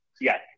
Yes